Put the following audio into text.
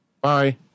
Bye